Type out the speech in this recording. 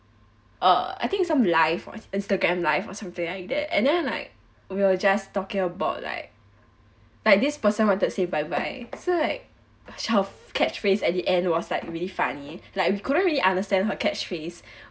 uh I think some live or instagram live or something like that and then like we were just talking about like like this person wanted to say bye bye so like sort of catch phrase at the end was like really funny like we couldn't really understand her catch phase